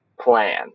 plan